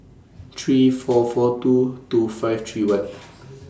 three four four two two five three one